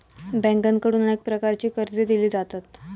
बँकांकडून अनेक प्रकारची कर्जे दिली जातात